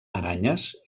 aranyes